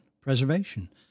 preservation